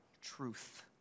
Truth